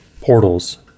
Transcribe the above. portals